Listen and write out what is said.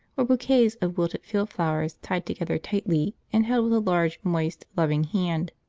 or bouquets of wilted field flowers tied together tightly and held with a large, moist, loving hand.